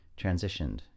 transitioned